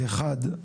האחד,